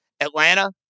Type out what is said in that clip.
Atlanta